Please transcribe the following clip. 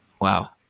Wow